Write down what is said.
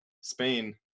spain